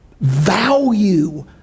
value